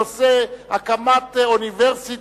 התרבות והספורט בנושא הקמת אוניברסיטה,